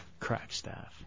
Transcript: Crackstaff